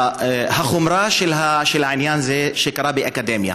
החומרה של העניין היא שזה קרה באקדמיה,